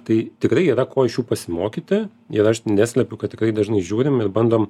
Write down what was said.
tai tikrai yra ko iš jų pasimokyti ir aš neslepiu kad tikrai dažnai žiūrim ir bandom